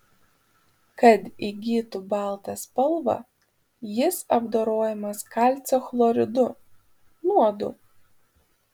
kad įgytų baltą spalvą jis apdorojamas kalcio chloridu nuodu